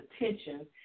attention